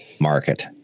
market